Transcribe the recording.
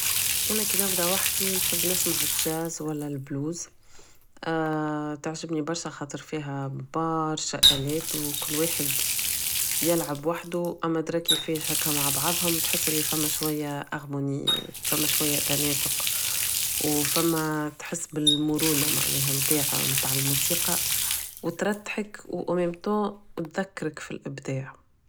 انا كي نبدا وحدي نحب نسمع الجاز ولا البلوز تعجبني برشا خاطر فيها برشا الات و كل واحد يلعب وحدو اما طرا كيفاش هكا مع بعضهم تحس انو فما شوية harmonie فما شوية تناسق و فما تحس بالمرونة معناها متاعهم متاع الموسيقى و تركحك و au même temps تذكرك فلابداع